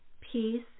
peace